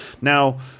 Now